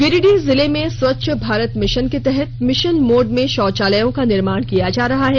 गिरिडीह जिले में स्वच्छ भारत मिशन के तहत मिशन मोड़ में शौचालयों का निर्माण किया जा रहा है